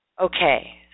Okay